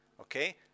okay